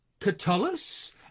Catullus